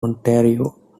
ontario